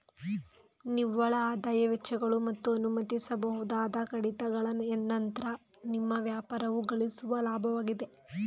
ನಿವ್ವಳಆದಾಯ ವೆಚ್ಚಗಳು ಮತ್ತು ಅನುಮತಿಸಬಹುದಾದ ಕಡಿತಗಳ ನಂತ್ರ ನಿಮ್ಮ ವ್ಯಾಪಾರವು ಗಳಿಸುವ ಲಾಭವಾಗಿದೆ